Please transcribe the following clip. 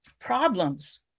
problems